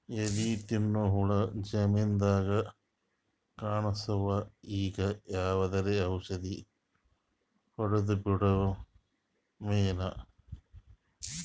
ಎಲಿ ತಿನ್ನ ಹುಳ ಜಮೀನದಾಗ ಕಾಣಸ್ಯಾವ, ಈಗ ಯಾವದರೆ ಔಷಧಿ ಹೋಡದಬಿಡಮೇನ?